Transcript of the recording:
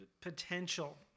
potential